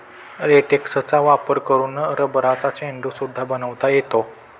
लेटेक्सचा वापर करून रबरचा चेंडू सुद्धा बनवता येतो